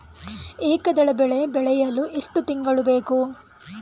ಏಕದಳ ಬೆಳೆ ಬೆಳೆಯಲು ಎಷ್ಟು ತಿಂಗಳು ಬೇಕು?